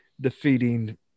defeating